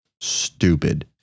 stupid